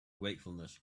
wakefulness